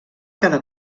cada